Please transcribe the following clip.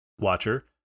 watcher